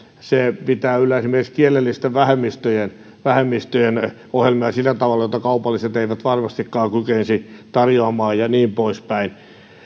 se pitää yllä esimerkiksi kielellisten vähemmistöjen vähemmistöjen ohjelmia tavalla jota kaupalliset eivät varmastikaan kykenisi tarjoamaan ja niin poispäin